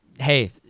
hey